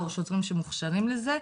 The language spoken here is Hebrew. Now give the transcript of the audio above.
או שירותים שמוכשרים לזה,